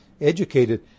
educated